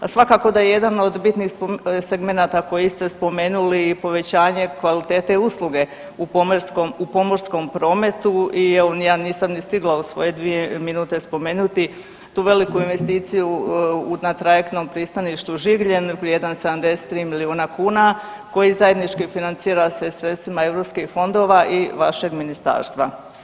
A svakako da je jedan od bitnih segmenata koji ste spomenuli povećanje kvalitete usluge u pomorskom prometu i evo ja nisam ni stigla u svoje dvije minute spomenuti tu veliku investiciju na Trajektnom pristaništu Žigljen vrijedan 73 milijuna kuna koji zajednički financira se sredstvima europskih fondova i vašeg ministarstva.